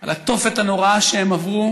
על התופת הנוראה שהם עברו,